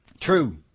True